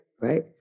right